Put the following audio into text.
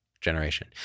generation